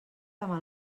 demà